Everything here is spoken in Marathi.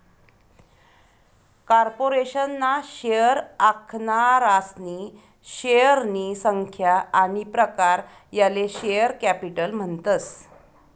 कार्पोरेशन ना शेअर आखनारासनी शेअरनी संख्या आनी प्रकार याले शेअर कॅपिटल म्हणतस